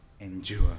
endure